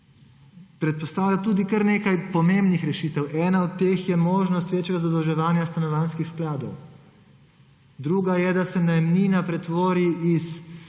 predpostavlja tudi kar nekaj pomembnih rešitev. Ena od teh je možnost večjega zadolževanja stanovanjskih skladov. Druga je, da se najemnina pretvori iz